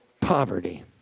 poverty